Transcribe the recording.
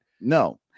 No